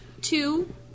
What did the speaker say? Two